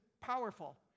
powerful